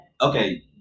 Okay